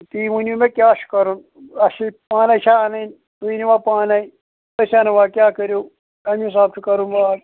تُہی ؤنِو مےٚ کیٛاہ چھُ کَرُن اَسہِ یہِ پانَے چھےٚ اَنٕنۍ تُہۍ أنۍوا پانَے أسۍ اَنوا کیٛاہ کٔرِو کَمہِ حِساب چھُ کَرُن باغ